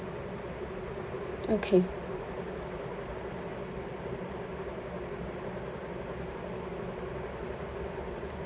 okay